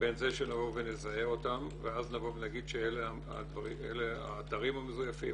זה שנבוא ונזהה אותם ואז נבוא ונגיד שאלה האתרים המזויפים